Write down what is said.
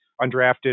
undrafted